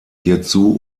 hierzu